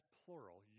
plural